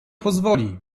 pozwoli